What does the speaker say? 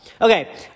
Okay